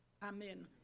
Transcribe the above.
Amen